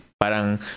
Parang